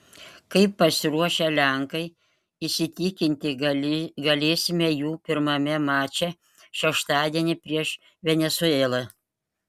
kaip pasiruošę lenkai įsitikinti galėsime jų pirmame mače šeštadienį prieš venesuelą